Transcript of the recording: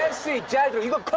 c jamm. did you